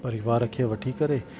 परिवार खे वठी करे